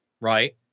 right